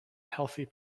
healthy